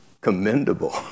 commendable